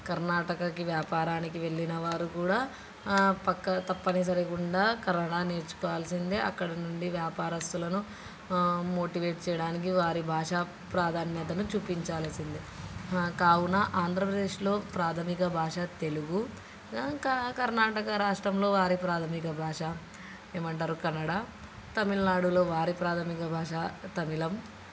కర్ణాటకకు వ్యాపారానికి వెళ్ళిన వారు కూడా పక్కా తప్పనిసరిగా కన్నడ నేర్చుకోవాల్సిందే అక్కడ నుండి వ్యాపారస్తులను మోటివేట్ చేయడానికి వారి భాషా ప్రాధాన్యతను చూపించాల్సిందే కావున ఆంధ్రప్రదేశ్లో ప్రాథమిక భాష తెలుగు క కర్ణాటక రాష్ట్రంలో వారి ప్రాథమిక భాష ఏమంటారు కన్నడ తమిళనాడులో వారి ప్రాథమిక భాష తమిళం